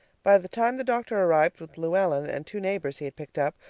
by the time the doctor arrived with luellen and two neighbors he had picked up,